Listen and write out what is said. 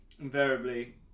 invariably